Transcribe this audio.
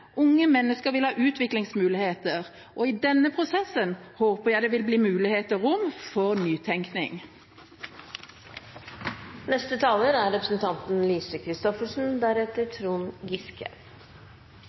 Unge mennesker vil ha utviklingsmuligheter, og i denne prosessen håper jeg det vil bli mulighet og rom for nytenking. Det er